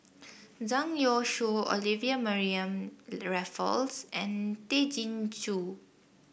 Zhang Youshuo Olivia Mariamne Raffles and Tay Chin Joo